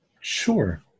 Sure